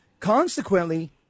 Consequently